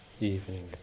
evening